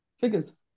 figures